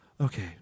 Okay